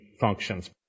functions